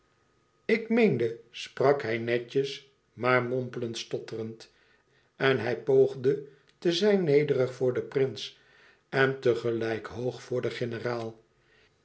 ik meende sprak hij netjes maar mompelend stotterend en hij poogde te zijn nederig voor den prins en tegelijk hoog voor den generaal